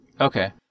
Okay